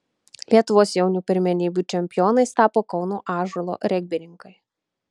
lietuvos jaunių pirmenybių čempionais tapo kauno ąžuolo regbininkai